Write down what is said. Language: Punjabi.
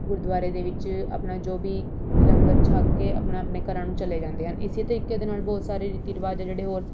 ਗੁਰਦੁਆਰੇ ਦੇ ਵਿੱਚ ਆਪਣਾ ਜੋ ਵੀ ਲੰਗਰ ਛੱਕ ਕੇ ਆਪਣਾ ਆਪਣੇ ਘਰਾਂ ਨੂੰ ਚਲੇ ਜਾਂਦੇ ਹਨ ਇਸ ਤਰੀਕੇ ਦੇ ਨਾਲ ਬਹੁਤ ਸਾਰੇ ਰੀਤੀ ਰਿਵਾਜ਼ ਹੈ ਜਿਹੜੇ ਹੋਰ